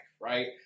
right